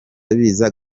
biza